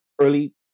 early